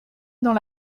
dans